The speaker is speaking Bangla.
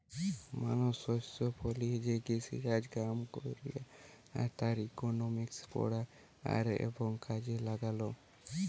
মানুষ শস্য ফলিয়ে যে কৃষিকাজ কাম কইরে তার ইকোনমিক্স পড়া আর এবং কাজে লাগালো